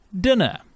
Dinner